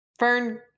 Fern